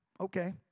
Okay